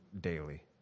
daily